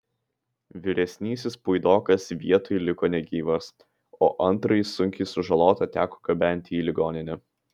vyresnysis puidokas vietoj liko negyvas o antrąjį sunkiai sužalotą teko gabenti į ligoninę